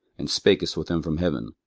and spakest with them from heaven,